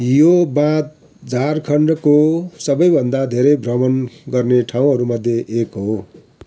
यो बाँध झारखण्डको सबैभन्दा धेरै भ्रमण गर्ने ठाउँहरूमध्ये एक हो